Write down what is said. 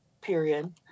period